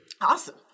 Awesome